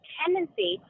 tendency